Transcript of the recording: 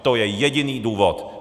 To je jediný důvod.